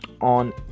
on